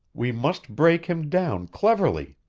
we must break him down cleverly.